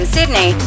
Sydney